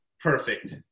perfect